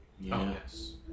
yes